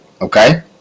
okay